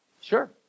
Sure